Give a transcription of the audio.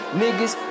niggas